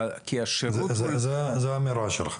זו האמירה שלך.